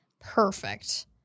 Perfect